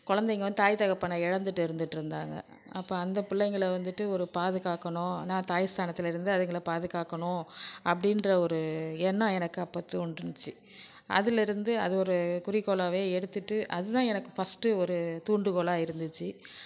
குழந்தைங்க வந்து தாய் தகப்பனை இழந்துட்டு இருந்துட்டுருந்தாங்க அப்போ அந்த பிள்ளைங்களை வந்துவிட்டு ஒரு பாதுகாக்கணும் நான் தாய் ஸ்தானத்தில் இருந்து அதுங்களை பாதுகாக்கணும் அப்படின்ற ஒரு எண்ணம் எனக்கு அப்போ தோண்றுனிச்சு அதுலருந்து அது ஒரு குறிக்கோளாகவே எடுத்துகிட்டு அது தான் எனக்கு ஃபர்ஸ்ட்டு ஒரு தூண்டுகோளா இருந்துச்சு